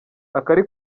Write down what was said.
akari